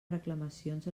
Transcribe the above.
reclamacions